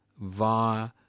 via